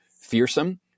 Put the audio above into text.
fearsome